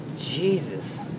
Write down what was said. Jesus